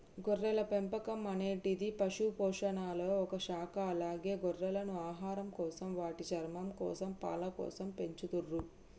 గొర్రెల పెంపకం అనేటిది పశుపోషణలొ ఒక శాఖ అలాగే గొర్రెలను ఆహారంకోసం, వాటి చర్మంకోసం, పాలకోసం పెంచతుర్రు